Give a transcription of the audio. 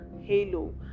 halo